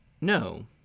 No